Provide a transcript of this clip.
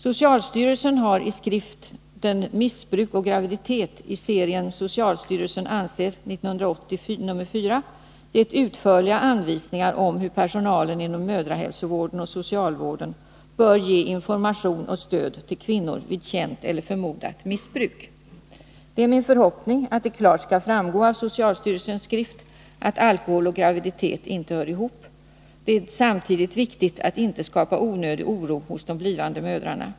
Socialstyrelsen har i skriften Missbruk och graviditet, i serien Socialstyrelsen anser, 1980:4, gett utförliga anvisningar om hur personalen inom mödrahälsovården och socialvården bör ge information och stöd till kvinnor vid känt eller förmodat missbruk. Det är min förhoppning att det klart skall framgå av socialstyrelsens skrift att alkohol och graviditet inte hör ihop. Det är samtidigt viktigt att inte skapa onödig oro hos de blivande mödrarna.